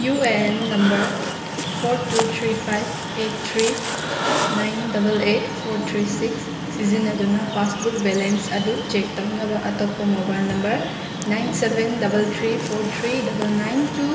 U A N number four two three five eight three nine double eight four three six ꯁꯤꯖꯤꯟꯅꯗꯨꯅ passbook balance ꯑꯗꯨ check ꯇꯧꯅꯕ ꯑꯇꯣꯞꯄ mobile number nine seven double three four three double nine two